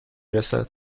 رسد